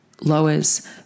lowers